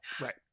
right